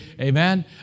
Amen